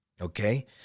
okay